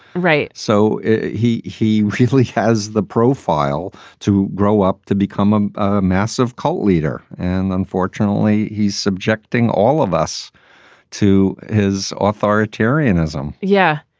right. so he he really has the profile to grow up to become a massive cult leader. and unfortunately, he's subjecting all of us to his authoritarianism yeah,